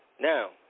Now